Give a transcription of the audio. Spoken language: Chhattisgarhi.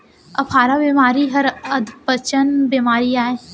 अफारा बेमारी हर अधपचन बेमारी अय